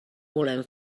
volem